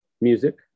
music